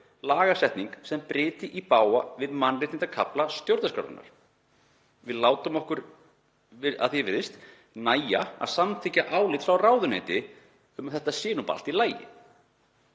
lagasetning sem brýtur í bága við mannréttindakafla stjórnarskrárinnar. Við látum okkur, að því er virðist, nægja að samþykkja álit frá ráðuneyti um að þetta sé nú bara allt í lagi.